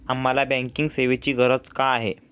आम्हाला बँकिंग सेवेची गरज का आहे?